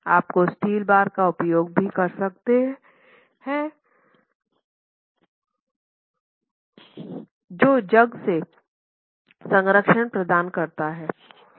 आपके steel bar का उपयोग भी कर सकते हैं जो जंग से संरक्षण प्रदान करता हैं